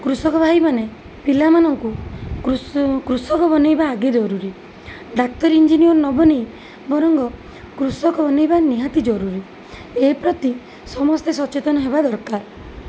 କୃଷକ ଭାଇମାନେ ପିଲାମାନଙ୍କୁ କୃଷକ ବନେଇବା ଆଗେ ଜରୁରୀ ଡାକ୍ତର ଇଞ୍ଜିନିୟର ନ ବନେଇ ବରଂ କୃଷକ ବନେଇବା ନିହାତି ଜରୁରୀ ଏପ୍ରତି ସମସ୍ତେ ସଚେତନ ହେବା ଦରକାର